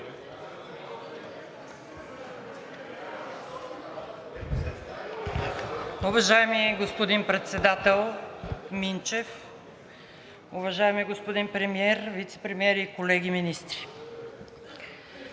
Уважаеми господин председател Минчев, уважаеми господин Премиер, Вицепремиер и колеги министри!